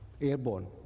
airborne